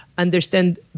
understand